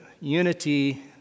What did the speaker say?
unity